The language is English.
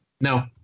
No